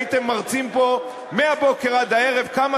הייתם מרצים פה מהבוקר עד הערב כמה